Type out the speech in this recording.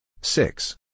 Six